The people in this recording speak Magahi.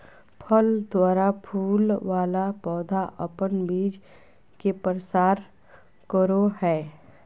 फल द्वारा फूल वाला पौधा अपन बीज के प्रसार करो हय